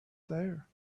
there